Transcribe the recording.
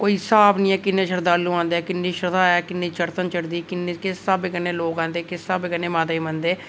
कोई स्हाब नीं ऐ किन्ने श्रद्धालु आंदे ऐ किन्नी श्रद्धा ऐ किन्नी चड़तल चढ़दी किन्नी किस स्हाबै कन्नै लोग आंदे किस स्हाबै कन्नै माता गी मनदे